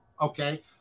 okay